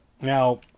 Now